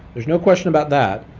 there's no question about that,